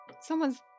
someone's